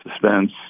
suspense